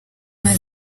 imaze